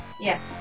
Yes